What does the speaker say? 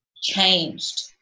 changed